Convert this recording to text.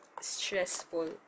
stressful